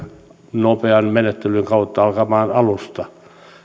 nopean menettelyn kautta alkamaan alusta